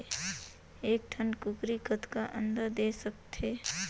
एक ठन कूकरी कतका अंडा दे सकथे?